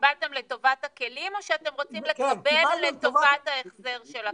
שקיבלתם לטובת הכלים או שאתם רוצים לקבל לטובת ההחזר של הכלים?